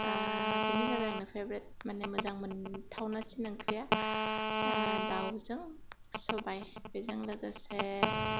बिनो जाबाय आंनि फेभरेट मानि मोजां मोन्थावनासिन ओंख्रिआ दावजों सबाय बेजों लोगोसे